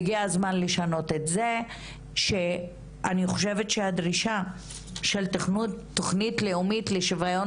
והגיע הזמן לשנות את זה שאני חושבת שהדרישה של תכנית לאומית לשוויון